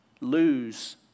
lose